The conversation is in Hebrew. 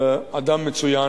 אדם מצוין,